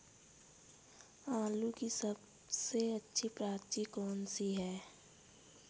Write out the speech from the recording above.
आलू की सबसे अच्छी प्रजाति कौन सी है?